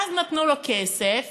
ואז נתנו לו כסף